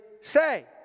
say